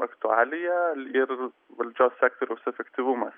aktualija ir valdžios sektoriaus efektyvumas